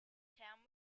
town